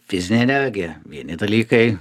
fizine energija vieni dalykai